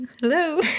Hello